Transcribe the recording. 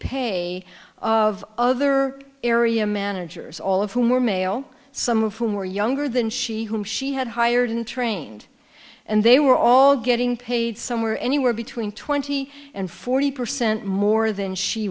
pay of other area managers all of whom were male some of whom were younger than she whom she had hired and trained and they were all getting paid somewhere anywhere between twenty and forty percent more than she